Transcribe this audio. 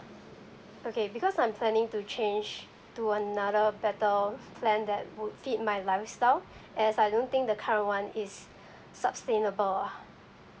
okay because I'm planning to change to another better plan that would fit my lifestyle as I don't think the current is sustainable lah